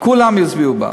כולם יצביעו בעד.